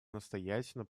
настоятельно